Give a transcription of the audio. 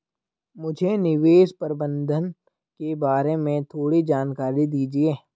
मुझे निवेश प्रबंधन के बारे में थोड़ी जानकारी दीजिए